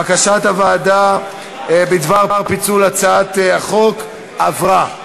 בקשת הוועדה בדבר פיצול הצעת החוק עברה.